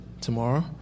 tomorrow